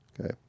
Okay